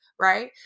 Right